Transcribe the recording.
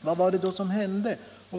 Vad är det då som har hänt?